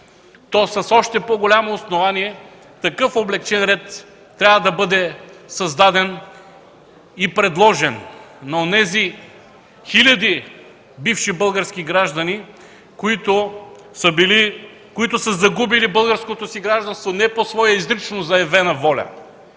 то с още по-голямо основание такъв облекчен ред, трябва да бъде създаден и предложен на онези хиляди бивши български граждани, загубили българското си гражданство не по своя изрично заявена воля,